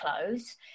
clothes